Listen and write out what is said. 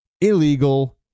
illegal